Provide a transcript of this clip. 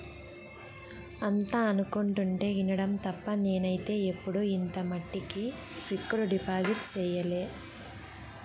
అంతా అనుకుంటుంటే ఇనడం తప్ప నేనైతే ఎప్పుడు ఇంత మట్టికి ఫిక్కడు డిపాజిట్ సెయ్యలే